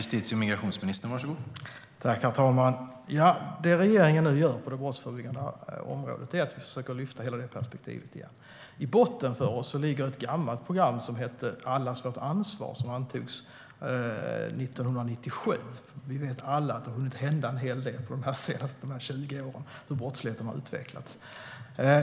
Herr talman! Det regeringen gör på det brottsförebyggande området är att försöka lyfta fram detta perspektiv igen. I botten ligger ett gammalt program som heter Allas vårt ansvar och som antogs 1997. Vi vet alla att det har hänt en hel del på 20 år och att brottsligheten har utvecklats.